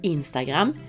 Instagram